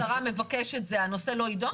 אם רשות ההסדרה מבקש את זה הנושא לא ידון?